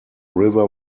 river